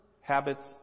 habits